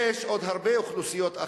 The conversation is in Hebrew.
תשכיל אותנו בבקשה בנושא הסוכרת.